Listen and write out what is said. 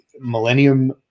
Millennium